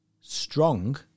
strong